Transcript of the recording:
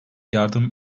yardım